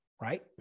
right